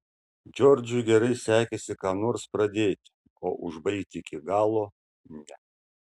džordžui gerai sekėsi ką nors pradėti o užbaigti iki galo ne